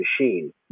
machine